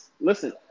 listen